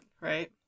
right